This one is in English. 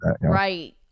right